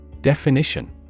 Definition